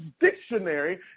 Dictionary